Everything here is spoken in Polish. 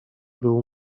był